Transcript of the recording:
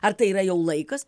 ar tai yra jau laikas